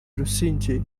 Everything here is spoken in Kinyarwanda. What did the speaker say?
busingye